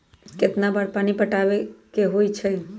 कितना बार पानी पटावे के होई छाई?